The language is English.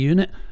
Unit